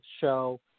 show